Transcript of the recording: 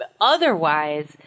Otherwise